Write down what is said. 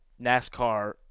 NASCAR